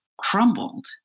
crumbled